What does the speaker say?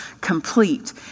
complete